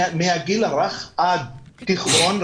מהגיל הרך עד תיכון,